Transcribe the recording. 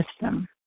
system